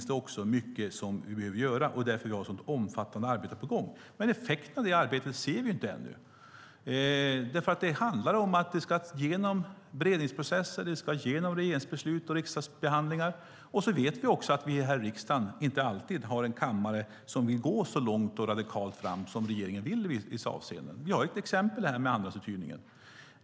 Det finns mycket som vi behöver göra, och därför har vi ett omfattande arbete på gång. Effekterna av det arbetet ser vi inte ännu. Det handlar om att ärendena ska genom beredningsprocesser, regeringsbeslut, riksdagsbehandlingar. Dessutom vet vi att riksdagen inte alltid vill gå så radikalt fram som regeringen vill i vissa avseenden. Vi har exemplet med andrahandsuthyrningen.